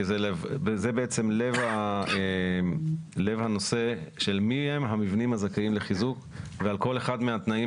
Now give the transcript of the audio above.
זה בעצם לב הנושא של מיהם המבנים הזכאים לחיזוק ועל כל אחד מהתנאים